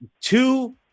two